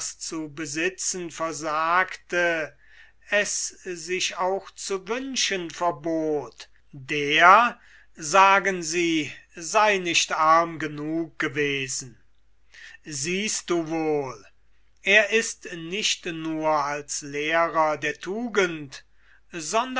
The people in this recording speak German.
zu besitzen versagte es sich auch zu wünschen verbot der sagen sie sei nicht arm genug gewesen siehst du wohl er ist nicht als lehrer der tugend